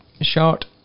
short